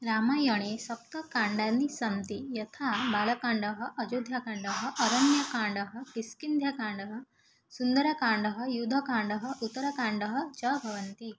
रामायणे सप्तकाण्डानि सन्ति यथा बालकाण्डम् अयोध्याकाण्डम् अरण्यकाण्डं किष्किन्धाकाण्डं सुन्दरकाण्डं युद्धकाण्डम् उत्तरकाण्डं च भवन्ति